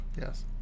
Yes